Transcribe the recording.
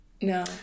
No